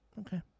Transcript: Okay